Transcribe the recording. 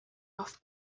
off